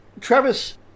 Travis